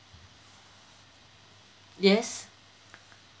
yes